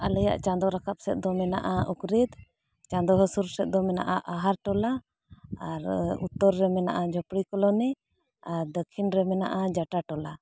ᱟᱞᱮᱭᱟᱜ ᱪᱟᱸᱫᱳ ᱨᱟᱠᱟᱵ ᱥᱮᱫ ᱫᱚ ᱢᱮᱱᱟᱜᱼᱟ ᱩᱠᱨᱤᱛ ᱪᱟᱸᱫᱳ ᱦᱟᱹᱥᱩᱨ ᱥᱮᱫ ᱫᱚ ᱢᱮᱱᱟᱜᱼᱟ ᱟᱦᱟᱨ ᱴᱚᱞᱟ ᱟᱨ ᱩᱛᱛᱚᱨ ᱨᱮ ᱢᱮᱱᱟᱜᱼᱟ ᱡᱷᱚᱯᱲᱤ ᱠᱳᱞᱳᱱᱤ ᱟᱨ ᱫᱚᱠᱷᱤᱱ ᱨᱮ ᱢᱮᱱᱟᱜᱼᱟ ᱡᱟᱴᱟ ᱴᱚᱞᱟ